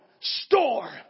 store